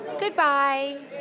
Goodbye